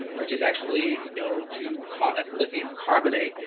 which is actually known to cau as lithium carbonate,